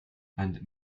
and